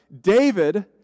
David